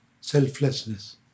selflessness